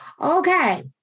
Okay